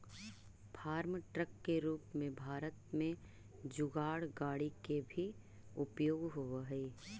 farm truck के रूप में भारत में जुगाड़ गाड़ि के भी प्रयोग होवऽ हई